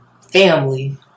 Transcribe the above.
family